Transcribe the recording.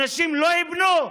אנשים לא יבנו?